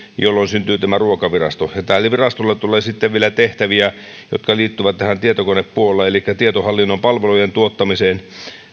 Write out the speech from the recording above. jolloin syntyy tämä ruokavirasto ja tälle virastolle tulee sitten vielä tehtäviä jotka liittyvät tähän tietokonepuoleen elikkä tietohallinnon palvelujen tuottamiseen